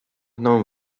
known